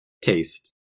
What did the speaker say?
Taste